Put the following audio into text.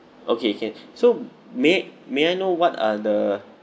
okay can so may may I know what are the